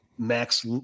Max